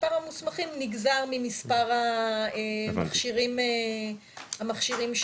מספר המוסמכים נגזר ממספר המכשירים שיש.